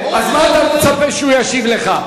אז מה אתה מצפה שהוא ישיב לך?